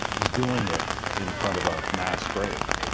he's doing it in front of a mass grave.